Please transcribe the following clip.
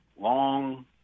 long